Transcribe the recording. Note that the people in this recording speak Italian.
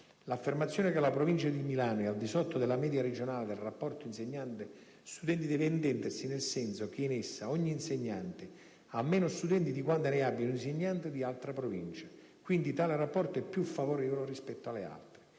L'affermazione che la provincia di Milano è al di sotto della media regionale del rapporto insegnanti-studenti deve intendersi nel senso che in essa ogni insegnante ha meno studenti di quanti ne abbia un insegnante di altra provincia, quindi tale rapporto è più favorevole rispetto alle altre.